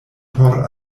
por